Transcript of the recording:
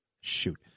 Shoot